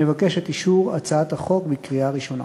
נבקש את אישור הצעת החוק בקריאה ראשונה.